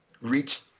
reached